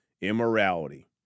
Immorality